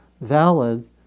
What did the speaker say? valid